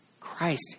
Christ